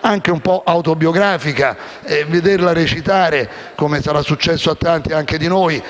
anche un po' autobiografica. Vederlo recitare a Tivoli, come sarà successo a tanti di noi,